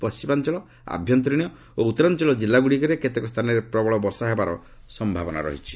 ପଣ୍ଟିମାଞ୍ଚଳ ଆଭ୍ୟନ୍ତରୀଣ ଓ ଉତ୍ତରାଞ୍ଚଳ କିଲ୍ଲାଗୁଡ଼ିକର କେତେକ ସ୍ଥାନରେ ପ୍ରବଳ ବର୍ଷା ହେବାର ସମ୍ଭାବନା ରହିଛି